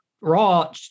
Raw